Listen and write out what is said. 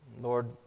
Lord